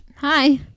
hi